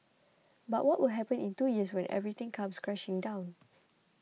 but what will happen in two years when everything comes crashing down